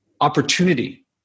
opportunity